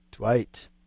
Dwight